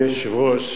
אדוני היושב-ראש,